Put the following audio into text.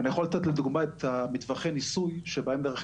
ואני יכול לתת לדוגמה את מטווחי הניסוי שבהם נערכים